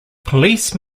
police